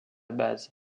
base